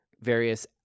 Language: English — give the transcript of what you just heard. various